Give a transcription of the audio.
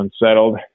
unsettled